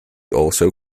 also